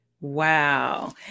Wow